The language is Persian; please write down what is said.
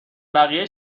بقیه